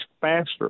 faster